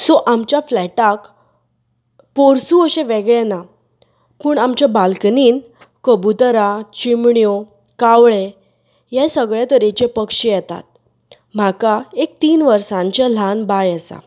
so आमच्या फ्लॅटाक पोरसूं अशें वेगळें ना पूण आमच्या बाल्कनींत कबुतरां चिमण्यो कावळे हे सगळे तरेचे पक्षी येतात म्हाका एक तीन वर्साचें ल्हान बाय आसा